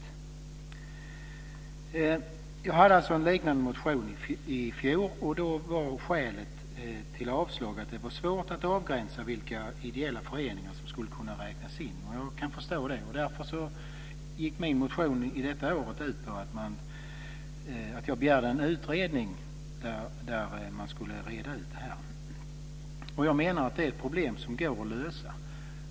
I fjol väckte jag en liknande motion. Då var skälet till avslag att det var svårt att avgränsa vilka ideella föreningar som skulle kunna räknas in; det kan jag förstå. Därför går min motion i år ut på en begäran om en utredning av detta. Jag menar att det går att lösa problemet.